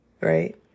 right